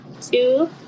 two